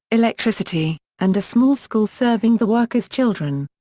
electricity, and a small school serving the workers' children.